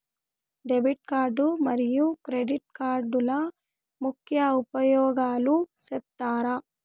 Debit card మరియు credit కార్డుల ముఖ్య ఉపయోగాలు సెప్తారా?